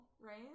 right